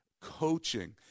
coaching